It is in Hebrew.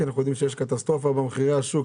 אנחנו יודעים שיש קטסטרופה במחירי השוק.